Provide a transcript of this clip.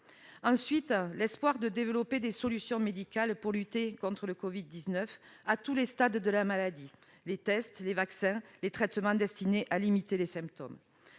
c'est l'espoir de développer des solutions médicales pour lutter contre le Covid-19 à tous les stades de la maladie : les tests, les vaccins ou encore les traitements destinés à limiter les symptômes.